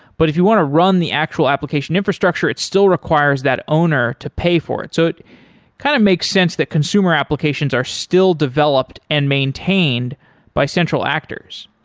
but if you want to run the actual application infrastructure, it still requires that owner to pay for it. so kind of makes sense that consumer applications are still developed and maintained by central actors.